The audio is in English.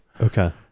Okay